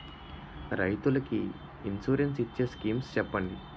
రైతులు కి ఇన్సురెన్స్ ఇచ్చే స్కీమ్స్ చెప్పండి?